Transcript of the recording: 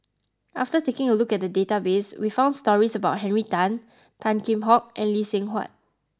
after taking a look at the database we found stories about Henry Tan Tan Kheam Hock and Lee Seng Huat